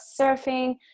surfing